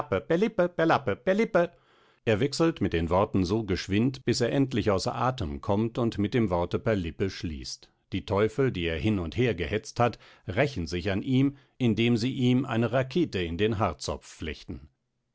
er wechselt mit den worten so geschwind bis er endlich außer athem kommt und mit dem worte perlippe schließt die teufel die er hin und her gehetzt hat rächen sich an ihm indem sie ihm eine rakete in den haarzopf flechten